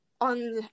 on